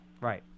Right